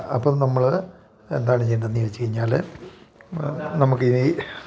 അപ്പം നമ്മൾ എന്താണ് ചെയ്യേണ്ടെന്ന് ചോദിച്ചു കഴിഞ്ഞാൽ നമുക്ക് ഇനി